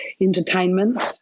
entertainment